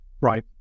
Right